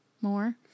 more